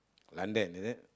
London is it